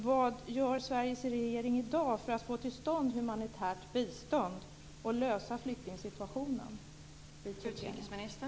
Vad gör Sveriges regering i dag för att få till stånd humanitärt bistånd och för att komma till rätta med flyktingsituationen i Tjetjenien?